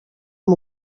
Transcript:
amb